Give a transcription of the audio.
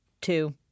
two